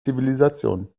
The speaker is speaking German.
zivilisation